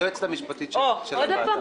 היועצת המשפטית של הוועדה,